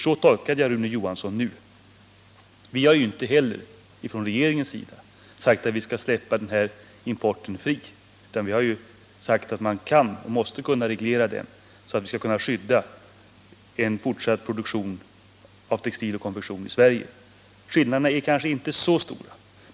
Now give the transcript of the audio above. Så tolkade jag Rune Johansson i Ljungby nu. Regeringen har ju inte heller sagt att vi skall släppa importen fri, utan understrukit att man måste kunna reglera den, så att en fortsatt produktion i Sverige av textil och konfektion kan skyddas. Skillnaderna är kanske inte så stora.